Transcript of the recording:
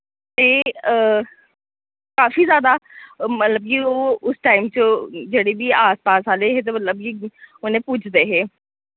ते काफी जैदा मतलब की ओह् उस टाइम च जेह्ड़ी वि आस पास आह्ले हे ते मतलब कि उ'नें पूजदे हे